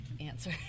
answer